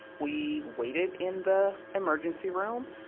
we waited in the emergency room,